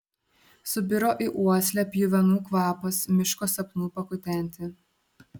subiro į uoslę pjuvenų kvapas miško sapnų pakutenti